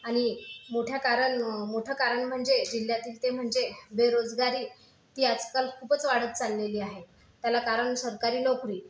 आणि मोठ्या कारण मोठं कारण म्हणजे जिल्ह्यातील ते म्हणजे बेरोजगारी ती आजकाल खूपच वाढत चाललेली आहे त्याला कारण सरकारी नोकरी